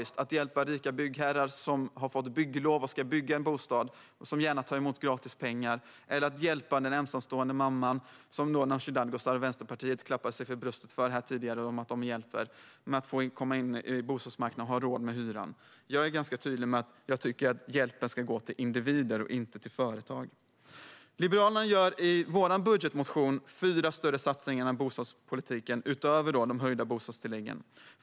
Är det att hjälpa rika byggherrar som har fått bygglov och ska bygga en bostad och som gärna tar emot gratis pengar, eller är det att hjälpa ensamstående mammor, som Nooshi Dadgostar och Vänsterpartiet tidigare här klappade sig på bröstet för att de hjälper att komma in på bostadsmarknaden och så att de har råd med hyran? Jag är ganska tydlig med att jag tycker att hjälpen ska gå till individer och inte till företag. Liberalerna föreslår i sin budgetmotion fyra större satsningar inom bostadspolitiken, utöver de höjda bostadstilläggen.